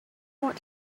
want